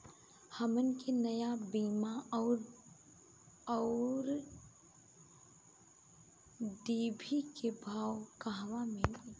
हमन के नया बीया आउरडिभी के नाव कहवा मीली?